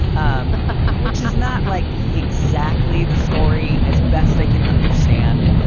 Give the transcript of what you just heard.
um which is not like exactly the story as best i can understand.